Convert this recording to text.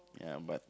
ya but